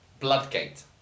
Bloodgate